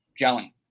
gelling